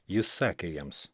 jis sakė jiems